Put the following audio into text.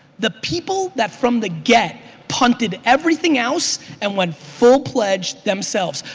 the people that from the get punted everything else and went full-pledged themselves.